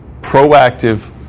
proactive